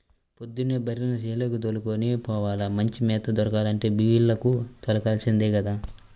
పొద్దున్నే బర్రెల్ని చేలకి దోలుకొని పోవాల, మంచి మేత దొరకాలంటే బీల్లకు తోలుకెల్లాల్సిందే గదా